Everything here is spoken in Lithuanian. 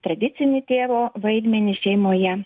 tradicinį tėvo vaidmenį šeimoje